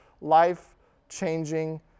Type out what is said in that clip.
life-changing